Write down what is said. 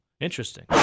Interesting